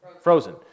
Frozen